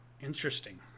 Interesting